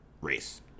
race